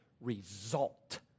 result